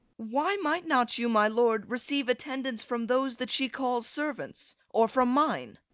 why might not you, my lord, receive attendance from those that she calls servants, or from mine?